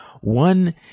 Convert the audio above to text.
One